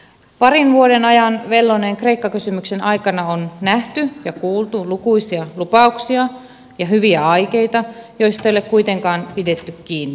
parin vuoden ajan velloneen kreikka kysymyksen aikana on nähty ja kuultu lukuisia lupauksia ja hyviä aikeita joista ei ole kuitenkaan pidetty kiinni